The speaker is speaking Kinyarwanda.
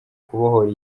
kubohora